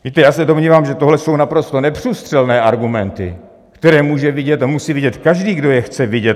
Víte, já se domnívám, že tohle jsou naprosto neprůstřelné argumenty, které může vidět a musí vidět každý, kdo je chce vidět.